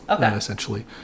essentially